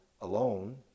alone